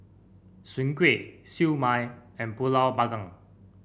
Soon Kway Siew Mai and pulut panggang